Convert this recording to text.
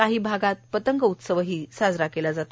काही भागात पतंग उत्सव साजरा केला जातो